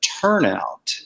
turnout